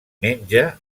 menja